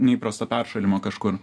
neįprasto peršalimo kažkur